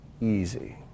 easy